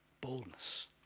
Boldness